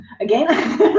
again